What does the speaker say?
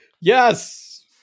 Yes